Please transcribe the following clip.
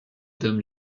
dom